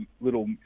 little